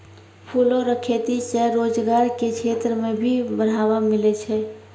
फूलो रो खेती से रोजगार के क्षेत्र मे भी बढ़ावा मिलै छै